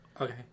Okay